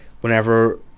whenever